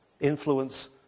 influence